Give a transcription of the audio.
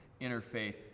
interfaith